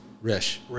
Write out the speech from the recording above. Rish